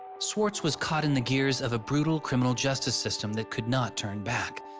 swartz was caught in the gears of brutal criminal justice system that could not turn back.